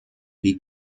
die